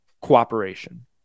cooperation